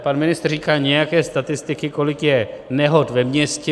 Pan ministr říkal nějaké statistiky, kolik je nehod ve městě.